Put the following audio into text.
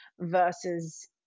versus